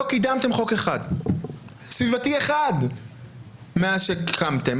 לא קדמתם חוק סביבתי אחד מאז שקמתם.